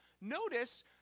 Notice